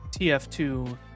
tf2